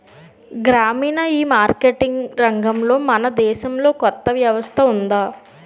గ్రామీణ ఈమార్కెటింగ్ రంగంలో మన దేశంలో కొత్త వ్యవస్థ ఉందా?